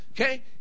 okay